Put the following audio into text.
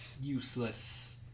useless